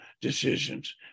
decisions